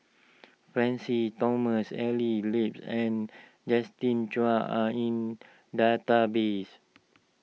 Francis Thomas Evelyn Lip and Justin Zhuang are in the database